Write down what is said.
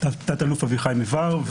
תת-אלוף אביחי מיבר,